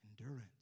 Endurance